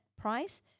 price